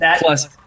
Plus